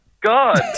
God